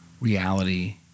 reality